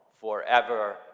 forever